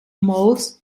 most